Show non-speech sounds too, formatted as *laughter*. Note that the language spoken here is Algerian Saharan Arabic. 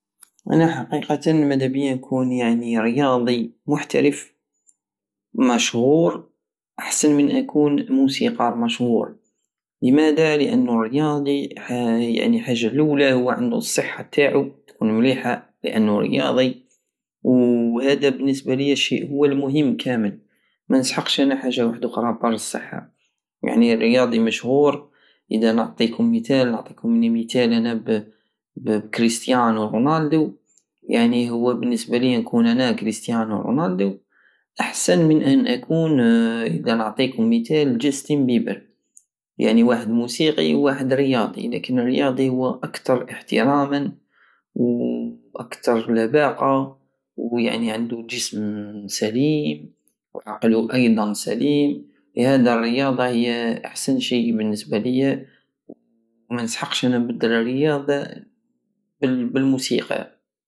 انا حقيقتا مدابية نكون رياضي محترف مشهور احسن من اكون موسيقار مشهور لمادا لانو الرياضي *hesitation* الحاجة اللولى هو عندو الصحة تاعو تكون مليحة لانو رياضي وهدا بالنسبة لية شيء هو المهم كامل مانسحقش انا حاجة وحدوخرى ابار الصحة يعني رياضي مشهور ادا نعطيكم ميتال نعطيكم ميتال انا ب- *hesitation* بكريستيانو رونالدو يعني هو بالنسبة لية نكون انا كريستيانو رونالدو يعني هو بالنسبة لية نكون انا كريستيانو رونالدو احسن من ان اكون هكدا نعطيكم ميتال جيستيب بيبر يعني واحد موسيقي وواحد رياضي لكن الرياضي هو اكتر احتراما واكتر لباقة ويعني عندو جسم سليم وعقلو ايضا سليم لهدا الرياضة هي احسن شيء مالنسبة لية ومنسحقش انا نبدل الرياضة بالوسيقى